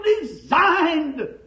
designed